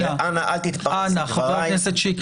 אנא, חבר הכנסת שיקלי,